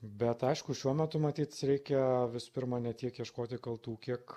bet aišku šiuo metu matyt reikia visų pirma ne tiek ieškoti kaltų kiek